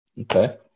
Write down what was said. Okay